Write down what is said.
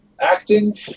acting